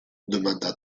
demanda